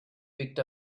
picked